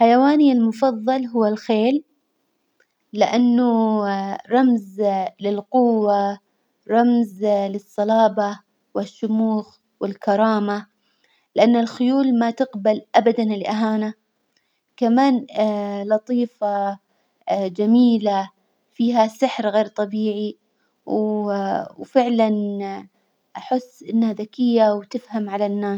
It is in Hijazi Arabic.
حيواني المفظل هو الخيل، لأنه رمز للقوة، رمز للصلابة والشموخ والكرامة، لأن الخيول ما تقبل أبدا الإهانة، كمان لطيفة، جميلة، فيها سحر غير طبيعي، وفعلا أحس إنها ذكية وتفهم على الناس.